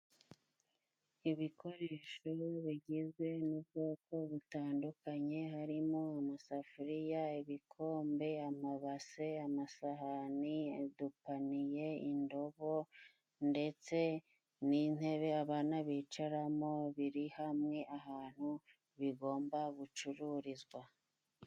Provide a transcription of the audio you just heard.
Ibikoresho bigizwe n'ubwoko butandukanye harimo amasafuriya, ibikombe, amabase, amasahani, udupaniye, indobo ndetse n'intebe abana bicaramo biri hamwe ahantu bigomba gucururizwa.